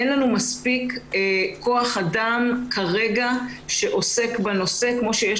אין לנו מספיק כוח אדם כרגע שעוסק בנושא כפי שיש